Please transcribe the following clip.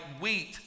wheat